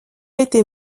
été